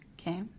okay